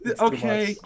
Okay